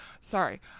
sorry